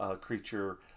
creature